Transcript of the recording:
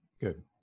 Good